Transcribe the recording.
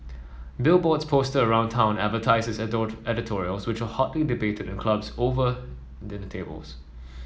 billboards posted around town advertised his editorials which were hotly debated in clubs and over dinner tables